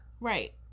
Right